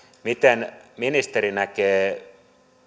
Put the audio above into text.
miten ministeri näkee